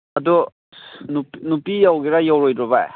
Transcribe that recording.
ꯑꯗꯣ ꯅꯨꯄꯤ ꯌꯥꯎꯒꯗ꯭ꯔ ꯌꯥꯎꯔꯣꯏꯗ꯭ꯔꯣ ꯚꯥꯏ